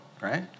right